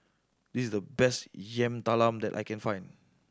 this is the best Yam Talam that I can find